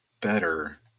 better